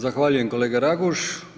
Zahvaljujem, kolega Raguž.